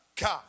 God